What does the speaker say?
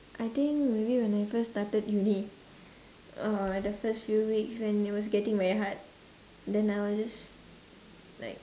I think maybe when I first started uni uh like the first few weeks when it was getting very hard then I will just like